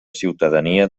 ciutadania